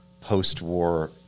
post-war